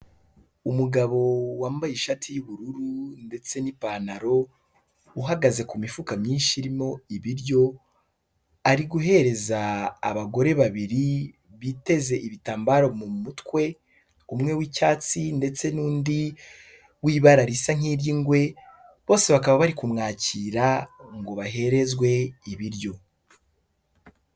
Umugabo wambaye ishati y'ubururu ndetse n'ipantaro uhagaze ku mifuka myinshi irimo ibiryo, ari guhereza abagore babiri biteze ibitambaro mu mutwe, umwe w'icyatsi ndetse n'undi w'ibara risa nk'iry'ingwe bose bakaba bari kumwakira ngo baherezwe ibiryo.